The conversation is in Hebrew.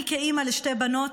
אני כאימא לשתי בנות,